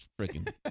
freaking